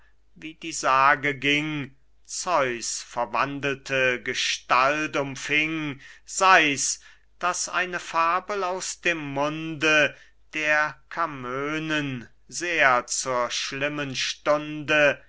wie die sage ging zeus verwandelte gestalt umfing sei's daß eine fabel aus dem munde der camönen sehr zur schlimmen stunde